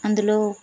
అందులో